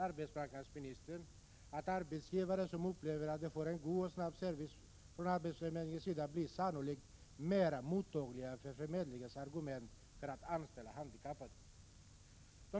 Arbetsmarknadsministern tror att arbetsgivare som upplever att de får en bra och snabb service från arbetsförmedlingen, sannolikt skall bli mera mottagliga för förmedlingens argument att anställa handikappade.